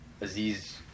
Aziz